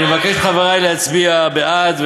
אני מבקש מחברי להצביע בעד,